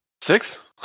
six